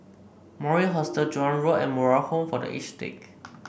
Mori Hostel Joan Road and Moral Home for The Aged Sick